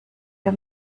wir